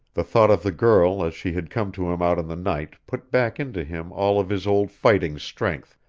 the thought of the girl as she had come to him out in the night put back into him all of his old fighting strength,